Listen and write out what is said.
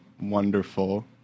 wonderful